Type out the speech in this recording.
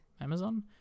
Amazon